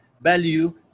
value